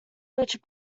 which